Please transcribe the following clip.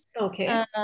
Okay